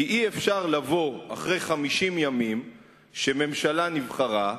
כי אי-אפשר לבוא 50 ימים מאז נבחרה הממשלה,